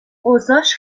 اوضاش